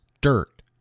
dirt